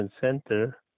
Center